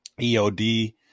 EOD